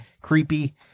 Creepy